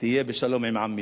תהיה בשלום עם עמי.